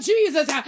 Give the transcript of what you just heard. Jesus